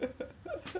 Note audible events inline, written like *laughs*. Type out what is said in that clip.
*laughs*